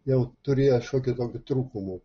jau turėjo šiokių tokių trūkumų